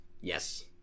Yes